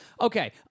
okay